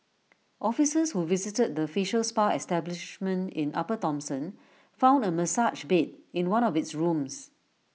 officers who visited the facial spa establishment in upper Thomson found A massage bed in one of its rooms